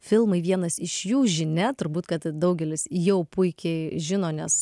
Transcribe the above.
filmai vienas iš jų žinia turbūt kad daugelis jau puikiai žino nes